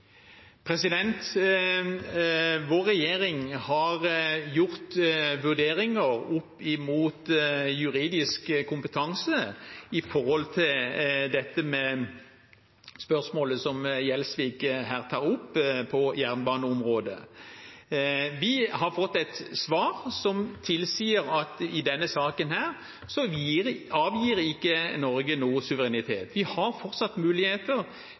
Vår regjering har gjort vurderinger opp mot juridisk kompetanse når det gjelder det spørsmålet Gjelsvik her tar opp, på jernbaneområdet. Vi har fått et svar som tilsier at i denne saken avgir ikke Norge noe suverenitet. Vi har fortsatt muligheter